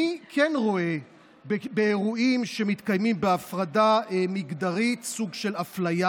אני כן רואה באירועים שמתקיימים בהפרדה מגדרית סוג של אפליה.